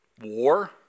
war